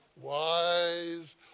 wise